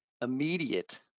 immediate